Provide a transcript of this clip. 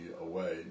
away